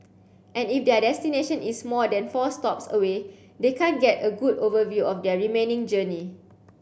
and if their destination is more than four stops away they can't get a good overview of their remaining journey